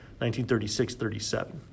1936-37